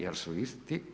Jer su isti.